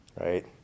right